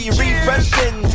refreshing